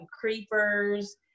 creepers